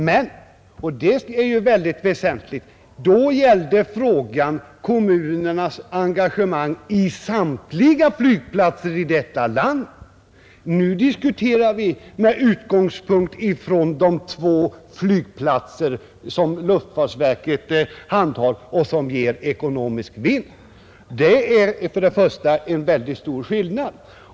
Men — och det är ju väldigt väsentligt — då gällde frågan kommunernas engagemang i samtliga flygplatser i detta land. Nu diskuterar vi med utgångspunkt i de två flygplatser som luftfartsverket handhar och som ger ekonomisk vinst. Det är för det första en mycket stor skillnad.